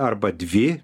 arba dvi